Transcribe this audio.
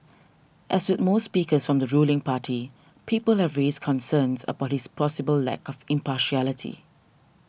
as with most speakers from the ruling party people have raised concerns about his possible lack of impartiality